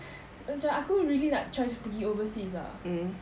macam aku really nak try pergi overseas ah